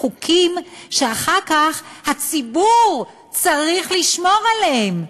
חוקים שאחר כך הציבור צריך לשמור עליהם,